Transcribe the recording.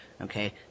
Okay